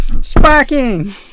sparking